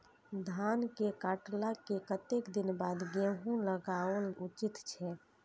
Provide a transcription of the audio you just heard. धान के काटला के कतेक दिन बाद गैहूं लागाओल उचित छे?